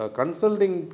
consulting